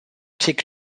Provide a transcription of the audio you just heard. tick